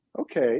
Okay